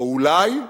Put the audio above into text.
או אולי,